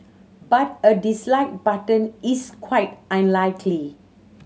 but a dislike button is quite unlikely